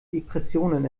depressionen